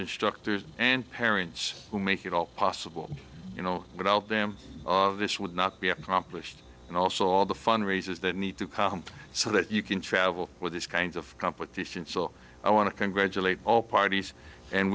instructors and parents who make it all possible you know without them this would not be accomplished and also all the fundraisers that need to comp so that you can travel with these kinds of competition so i want to congratulate all parties and